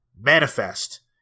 manifest